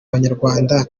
banyarwanda